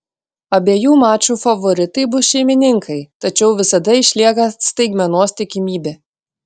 abiejų mačų favoritai bus šeimininkai tačiau visada išlieka staigmenos tikimybė